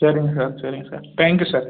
சரிங்க சார் சரிங்க sir thank you sir